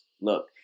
Look